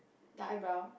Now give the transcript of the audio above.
the eyebrow